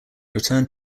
returned